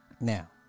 now